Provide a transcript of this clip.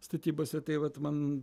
statybose tai vat man